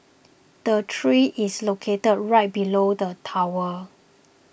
the tree is located right below the tower